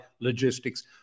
logistics